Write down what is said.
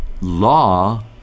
law